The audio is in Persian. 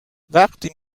وقتی